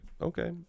okay